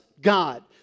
God